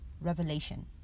revelation